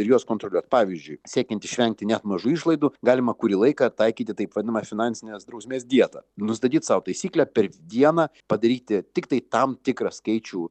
ir juos kontroliuot pavyzdžiui siekiant išvengti net mažų išlaidų galima kurį laiką taikyti taip vadinamą finansinės drausmės dietą nustatyt sau taisyklę per dieną padaryti tiktai tam tikrą skaičių